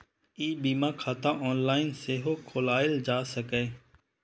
ई बीमा खाता ऑनलाइन सेहो खोलाएल जा सकैए